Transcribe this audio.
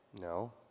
No